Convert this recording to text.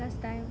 last time